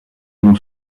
donc